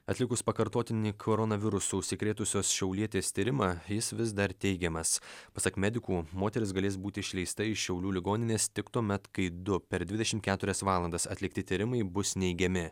atlikus pakartotinį koronavirusu užsikrėtusios šiaulietės tyrimą jis vis dar teigiamas pasak medikų moteris galės būti išleista iš šiaulių ligoninės tik tuomet kai du per dvidešim keturias valandas atlikti tyrimai bus neigiami